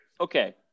Okay